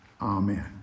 Amen